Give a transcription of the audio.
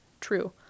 true